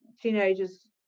teenagers